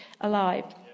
alive